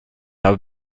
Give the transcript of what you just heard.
habe